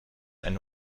eine